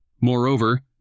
Moreover